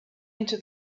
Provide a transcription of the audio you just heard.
into